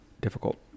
difficult